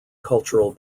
cultural